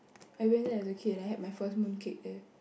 I went there as a kid and I had my first mooncake there